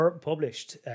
published